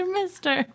Mister